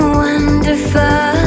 wonderful